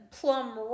Plum